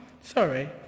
Sorry